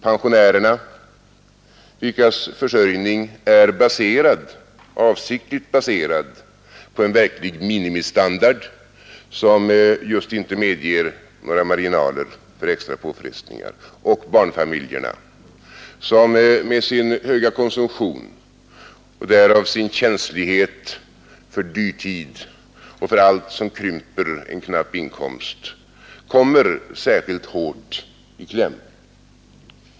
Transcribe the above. Pensionärerna, vilkas försörjning avsiktligt är baserad på en verklig minimistandard som just inte medger några marginaler för extra påfrestningar, och barnfamiljerna med sin höga konsumtion och därmed sin känslighet för dyrtid och för allt som krymper en knapp inkomst kommer särskilt hårt i kläm.